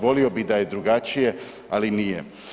Volio bih da je drugačije, ali nije.